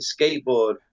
skateboard